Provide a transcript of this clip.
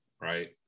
right